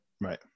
right